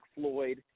Floyd